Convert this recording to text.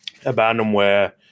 Abandonware